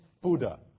Buddha